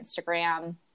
Instagram